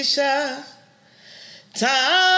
time